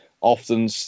often